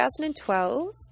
2012